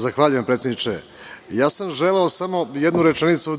Zahvaljujem predsedniče. Ja sam hteo samo jednu rečenicu